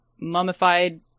mummified